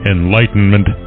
enlightenment